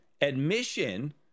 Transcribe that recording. admission